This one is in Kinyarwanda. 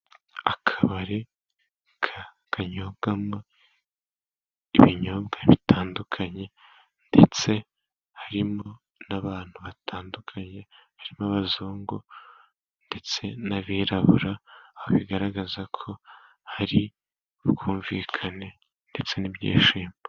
Akabari kanyobwamo ibinyobwa bitandukanye, ndetse harimo n'abantu batandukanye. Harimo abazungu ndetse n'abirabura, aho bigaragaza ko hari ubwumvikane ndetse n'ibyishimo.